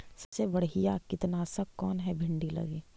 सबसे बढ़िया कित्नासक कौन है भिन्डी लगी?